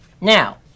Now